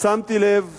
שמתי לב